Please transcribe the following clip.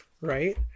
right